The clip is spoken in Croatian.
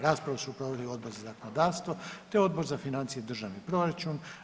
Raspravu su proveli Odbor za zakonodavstvo, te Odbor za financije i državni proračun.